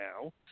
now